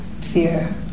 fear